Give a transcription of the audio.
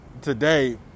today